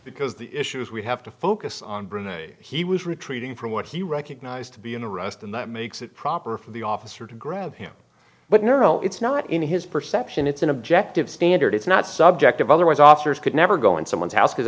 because the issues we have to focus on bringing he was retreating from what he recognized to be an arrest in the makes it proper for the officer to grab him but no it's not in his perception it's an objective standard it's not subjective otherwise officers could never go in someone's house because